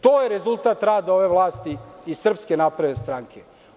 To je rezultat rada ove vlasti i Srpske napredne stranke.